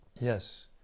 Yes